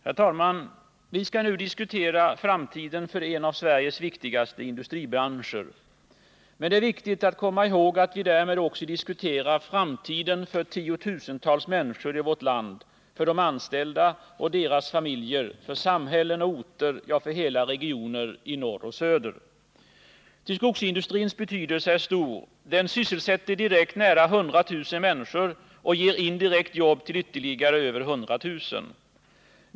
Herr talman! Vi skall nu diskutera framtiden för en av Sveriges viktigaste industribranscher. Men det är viktigt att komma i håg att vi därmed också diskuterar framtiden för tiotusentals människor i vårt land, för de anställda och deras familjer, för samhällen och orter, ja, för hela regioner i norr och söder. Ty skogsindustrins betydelse är stor. Den sysselsätter direkt nära 100 000 människor och ger indirekt jobb till ytterligare över 100 000.